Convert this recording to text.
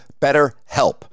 BetterHelp